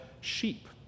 sheep